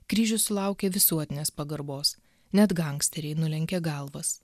kryžius sulaukė visuotinės pagarbos net gangsteriai nulenkė galvas